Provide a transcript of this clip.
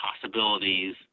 possibilities